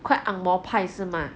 quite ang moh 派是吗